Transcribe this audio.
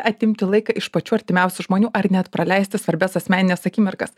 atimti laiką iš pačių artimiausių žmonių ar net praleisti svarbias asmenines akimirkas